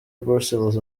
bruxelles